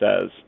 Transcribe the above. says